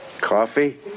coffee